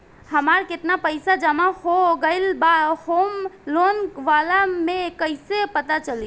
हमार केतना पईसा जमा हो गएल बा होम लोन वाला मे कइसे पता चली?